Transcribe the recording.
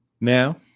Now